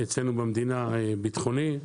ואצלנו במדינה גם ביטחוניים,